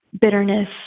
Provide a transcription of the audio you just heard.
bitterness